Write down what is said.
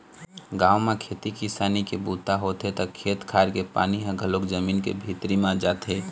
गाँव म खेती किसानी के बूता होथे त खेत खार के पानी ह घलोक जमीन के भीतरी म जाथे